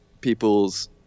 people's